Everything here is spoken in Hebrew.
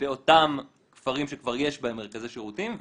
באותם כפרים שכבר יש בהם מרכזי שירותים,